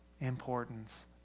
importance